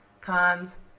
cons